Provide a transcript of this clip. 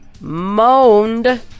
moaned